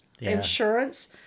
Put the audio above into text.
insurance